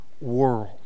world